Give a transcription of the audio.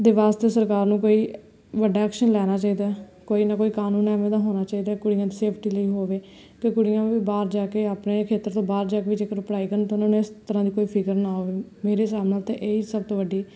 ਦੇ ਵਾਸਤੇ ਸਰਕਾਰ ਨੂੰ ਕੋਈ ਵੱਡਾ ਐਕਸ਼ਨ ਲੈਣਾ ਚਾਹੀਦਾ ਕੋਈ ਨਾ ਕੋਈ ਕਾਨੂੰਨ ਐਵੇਂ ਦਾ ਹੋਣਾ ਚਾਹੀਦਾ ਕੁੜੀਆਂ ਦੀ ਸੇਫਟੀ ਲਈ ਹੋਵੇ ਕਿ ਕੁੜੀਆਂ ਵੀ ਬਾਹਰ ਜਾ ਕੇ ਆਪਣੇ ਖੇਤਰ ਤੋਂ ਬਾਹਰ ਜਾ ਕੇ ਵੀ ਜੇਕਰ ਪੜ੍ਹਾਈ ਕਰਨ ਅਤੇ ਉਹਨਾਂ ਨੇ ਇਸ ਤਰ੍ਹਾਂ ਦੀ ਕੋਈ ਫਿਕਰ ਨਾ ਹੋਵੇ ਮੇਰੇ ਹਿਸਾਬ ਨਾਲ ਤਾਂ ਇਹ ਸਭ ਤੋਂ ਵੱਡੀ